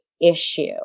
issue